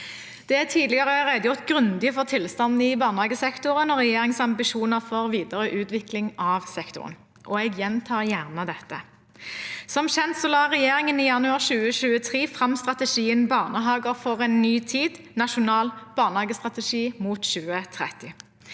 Det er tidligere blitt redegjort grundig for tilstanden i barnehagesektoren og regjeringens ambisjoner for videre utvikling av sektoren, og jeg gjentar gjerne det. Som kjent la regjeringen i januar 2023 fram strategien «Barnehagen for en ny tid – Nasjonal barnehagestrategi mot 2030».